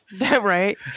Right